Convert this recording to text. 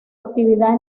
actividad